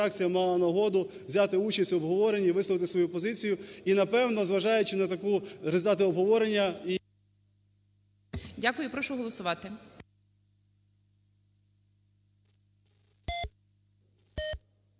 Дякую. Прошу голосувати.